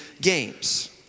games